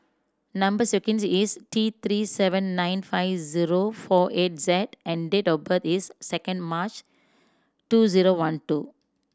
number sequence is T Three seven nine five zero four eight Z and date of birth is second March two zero one two